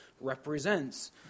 represents